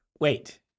Wait